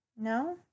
No